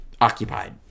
occupied